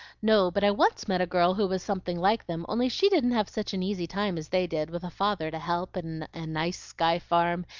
no, but i once met a girl who was something like them, only she didn't have such an easy time as they did, with a father to help, and a nice sky-farm,